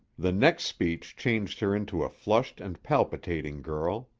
the next speech changed her into a flushed and palpitating girl.